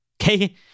Okay